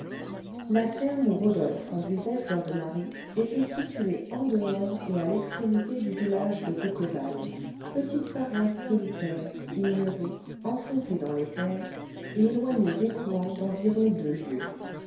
la ferme où rodolphe conduisait fleur de marie était située en dehors et à l'extrémité du village de bouqueval petite paroisse solitaire ignorée enfoncée dans les terres et éloignée d'écouen d'environ deux lieues